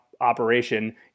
operation